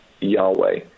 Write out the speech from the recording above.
Yahweh